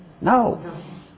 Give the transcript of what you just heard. No